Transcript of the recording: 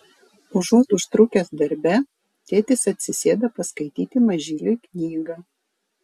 užuot užtrukęs darbe tėtis atsisėda paskaityti mažyliui knygą